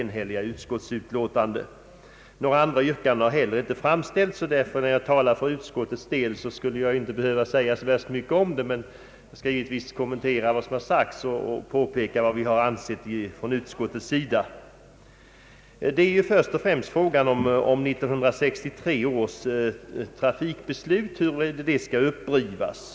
Några andra yrkanden har heller inte framställts så att när jag talar för utskottets del skulle jag inte behöva säga så mycket, men jag skall kommentera vad som har sagts och påpeka vad vi har ansett från utskottets sida. Det är först och främst fråga om huruvida 1963 års trafikbeslut skall upprivas.